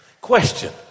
Question